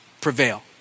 prevail